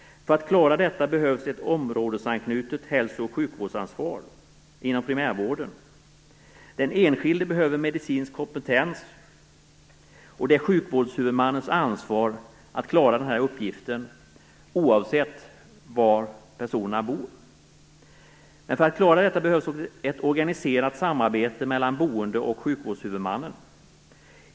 För att man skall klara detta behövs ett områdesanknutet hälso och sjukvårdsansvar inom primärvården. Den enskilde behöver medicinsk kompetens, och det är sjukvårdshuvudmannens ansvar att klara den uppgiften, oavsett var personerna bor. För att man skall klara detta behövs ett organiserat samarbete mellan boende och sjukvårdshuvudmannen.